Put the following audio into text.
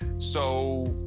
so